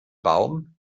baum